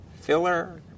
filler